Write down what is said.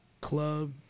club